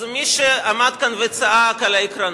אז מי שעמד כאן וצעק על העקרונות,